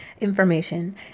information